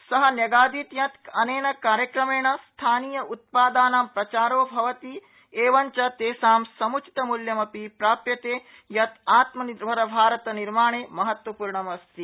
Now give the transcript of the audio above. स न्यगादीत् यत् अनेन कार्यक्रमेण स्थानीय उत्पादानां प्रचारो भवति िवे च तेषां समुचितमूल्यमपि प्राप्यते यत् आत्मनिर्भरभारत निर्माणे महत्त्वपूर्णमस्ति